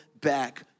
back